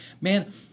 Man